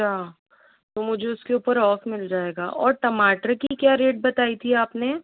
अच्छा तो मुझे उसके ऊपर ऑफ मिल जाएगा और मुझे टमाटर की क्या रेट बताई थी आपने